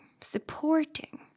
supporting